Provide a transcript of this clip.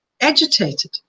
agitated